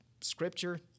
Scripture